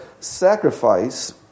Sacrifice